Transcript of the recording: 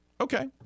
Okay